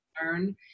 learn